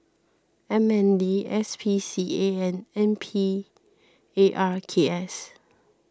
M N D S P C A and N P A R K S